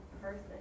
person